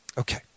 Okay